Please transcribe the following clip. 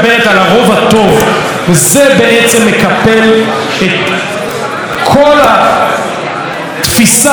וזה בעצם מקפל את כל התפיסה המתנשאת,